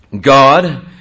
God